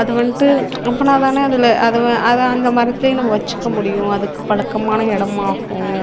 அது வந்துட்டு அப்படின்னா தானே அதில் அதை அதை அந்த மரத்துலேயும் நம்ம வச்சுக்க முடியும் அதுக்கு பழக்கமான இடமாகும்